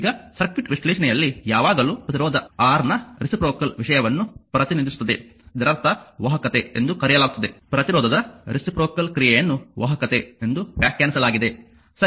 ಈಗ ಸರ್ಕ್ಯೂಟ್ ವಿಶ್ಲೇಷಣೆಯಲ್ಲಿ ಯಾವಾಗಲೂ ಪ್ರತಿರೋಧ R ನ ರೆಸಿಪ್ರೋಕಲ್ ವಿಷಯವನ್ನು ಪ್ರತಿನಿಧಿಸುತ್ತದೆ ಇದರರ್ಥ ವಾಹಕತೆ ಎಂದು ಕರೆಯಲಾಗುತ್ತದೆ ಪ್ರತಿರೋಧದ ರೆಸಿಪ್ರೋಕಲ್ ಕ್ರಿಯೆಯನ್ನು ವಾಹಕತೆ ಎಂದು ವ್ಯಾಖ್ಯಾನಿಸಲಾಗಿದೆ ಸರಿ